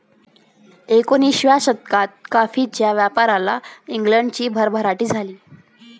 एकोणिसाव्या शतकात कॉफीच्या व्यापारात इंग्लंडची भरभराट झाली